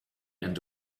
end